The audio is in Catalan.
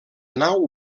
nau